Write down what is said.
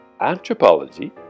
anthropology